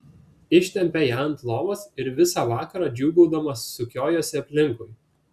ištempė ją ant lovos ir visą vakarą džiūgaudama sukiojosi aplinkui